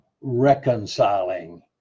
reconciling